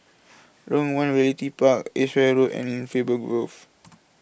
Lorong one Realty Park Edgware Road and Faber Grove